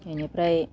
इनिफ्राय